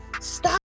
stop